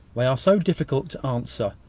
they are so difficult to answer!